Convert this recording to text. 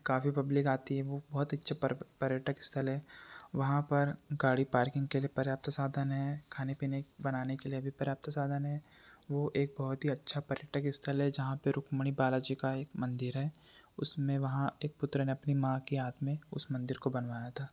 काफ़ी पब्लिक आती है वो बहुत अच्छा पर्यटक स्थल है वहाँ पर गाड़ी पार्किंग के लिए पर्याप्त साधन हैं खाने पीने बनाने के लिए भी पर्याप्त साधन हैं वो एक बहुत ही अच्छा पर्यटक स्थल है जहां पे रुक्मणी बालाजी का एक मंदिर है उसमें वहाँ एक पुत्र ने अपनी माँ के याद में उस मंदिर को बनवाया था